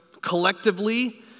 Collectively